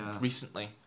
recently